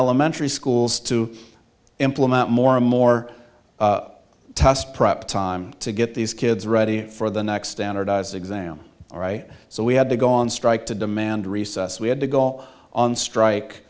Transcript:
elementary schools to implement more and more test prep time to get these kids ready for the next standardized exam all right so we had to go on strike to demand recess we had to go on strike